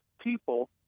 people